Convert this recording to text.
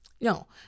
no